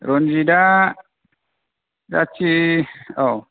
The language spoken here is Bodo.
रनजिदआ जाथि औ